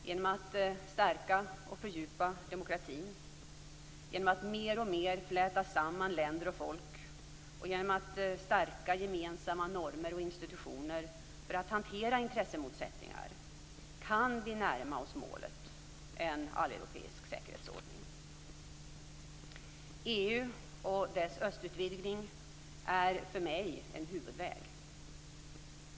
Genom att stärka och fördjupa demokratin, genom att mer och mer fläta samman länder och folk och genom att stärka gemensamma normer och institutioner för att hantera intressemotsättningar kan vi närma oss målet - en alleuropeisk säkerhetsordning. EU och dess östutvidgning är för mig en huvudväg.